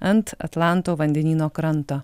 ant atlanto vandenyno kranto